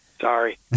Sorry